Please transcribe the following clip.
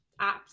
apps